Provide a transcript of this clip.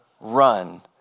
run